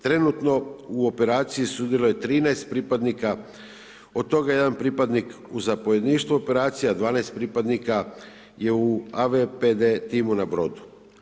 Trenutno u operaciji sudjeluje 13 pripadnika od toga je jedan pripadnik u zapovjedništvu operacija a 12 pripadnika je u AVPD timu na brodu.